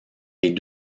les